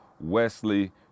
Wesley